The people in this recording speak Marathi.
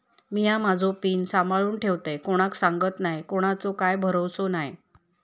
मिया माझो पिन सांभाळुन ठेवतय कोणाक सांगत नाय कोणाचो काय भरवसो नाय